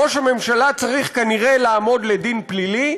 ראש הממשלה צריך כנראה לעמוד לדין פלילי,